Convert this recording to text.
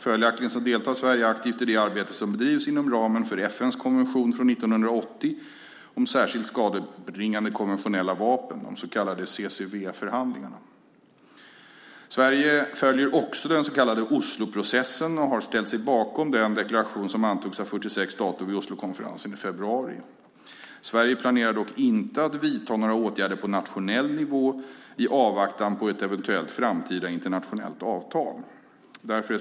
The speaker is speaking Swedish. Följaktligen deltar Sverige aktivt i det arbete som bedrivs inom ramen för FN:s konvention från 1980 om särskilt skadebringande konventionella vapen, de så kallade CCW-förhandlingarna. Sverige följer också den så kallade Osloprocessen och har ställt sig bakom den deklaration som antogs av 46 stater vid Oslokonferensen i februari. Sverige planerar dock inte att vidta några åtgärder på nationell nivå i avvaktan på ett framtida internationellt avtal.